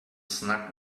snagged